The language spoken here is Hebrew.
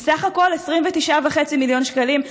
ובסך הכול 29.5 מיליון שקלים,